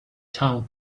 town